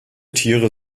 tiere